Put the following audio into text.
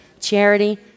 Charity